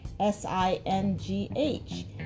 S-I-N-G-H